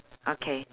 okay